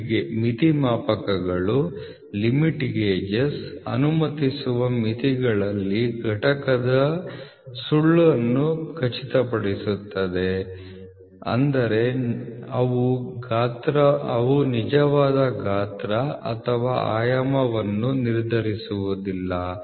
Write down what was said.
ಮಿತಿ ಮಾಪಕಗಳು ಘಟಕವು ಅನುಮತಿಸುವ ಮಿತಿಯಲ್ಲಿದೆ ಎಂಬುದನ್ನು ಖಾತ್ರಿಗೊಳಿಸುತ್ತದೆ ಆದರೆ ಅವು ನಿಜವಾದ ಗಾತ್ರ ಅಥವಾ ಆಯಾಮವನ್ನು ನಿರ್ಧರಿಸುವುದಿಲ್ಲ